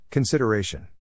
Consideration